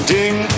Ding